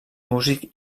músic